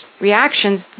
reactions